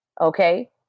Okay